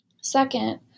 Second